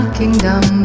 kingdom